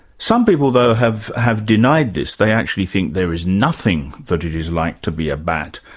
some people though have have denied this, they actually think there is nothing that it is like to be a bat.